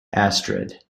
astrid